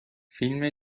فیلم